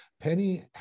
Penny